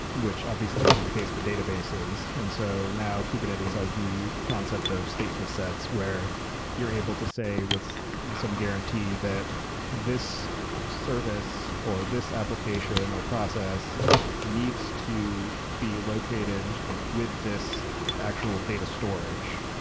which obviously isn't the case for databases. and so, now, kubernetes has the concept of stateful sets, where you're able to say with some guarantee that this service or this application or process needs to be located with this actual data storage.